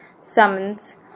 summons